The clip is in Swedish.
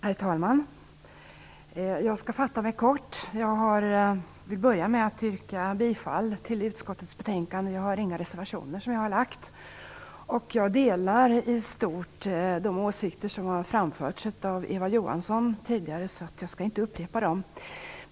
Herr talman! Jag skall fatta mig kort. Jag börjar med att yrka bifall till utskottets hemställan. Jag har inte avgett några reservationer, och jag delar i stort de åsikter som tidigare har framförts av Eva Johansson och skall inte upprepa dem.